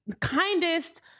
kindest